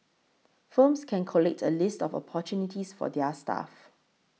firms can collate a list of opportunities for their staff